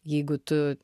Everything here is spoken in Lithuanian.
jeigu tu